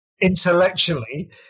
intellectually